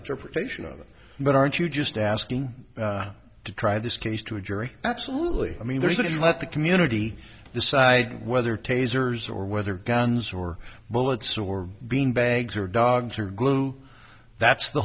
interpretation of them but aren't you just asking to try this case to a jury absolutely i mean there's a lot the community decide whether tasers or whether guns or bullets or bean bags or dogs or glue that's the